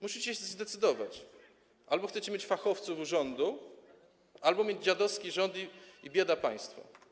Musicie się zdecydować: albo chcecie mieć fachowców w rządzie, albo chcecie mieć dziadowski rząd i biedapaństwo.